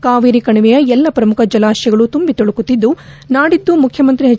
ಕಾವೇರಿ ಕಣಿವೆಯ ಎಲ್ಲ ಪ್ರಮುಖ ಜಲಾಶಯಗಳು ತುಂಬಿ ತುಳುಕುತ್ತಿದ್ದು ನಾಡಿದ್ದು ಮುಖ್ಚಮಂತ್ರಿ ಎಚ್